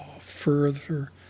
further